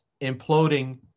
imploding